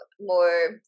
more